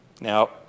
Now